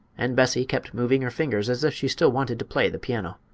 and bessie kept moving her fingers as if she still wanted to play the piano.